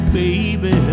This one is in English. baby